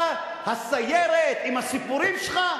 אתה, הסיירת, עם הסיפורים שלך?